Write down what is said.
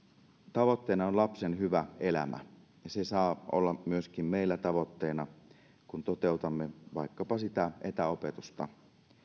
tavoitteena on lapsen hyvä elämä se saa olla myöskin meillä tavoitteena kun toteutamme vaikkapa sitä etäopetusta